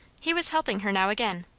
he was helping her now again.